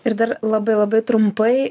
ir dar labai labai trumpai